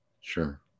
Sure